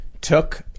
took